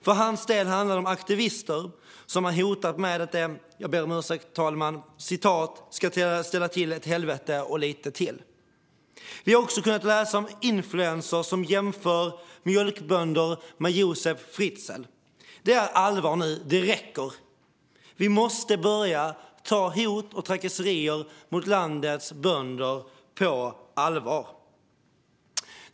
För hans del handlar det om aktivister som hotat med att de - jag ber om ursäkt, herr talman - "ska ställa till ett helvete och lite till". Vi har också kunnat läsa om influencers som jämför mjölkbönder med Josef Fritzl. Det är allvar nu. Det räcker. Vi måste börja ta hot och trakasserier mot landets bönder på allvar.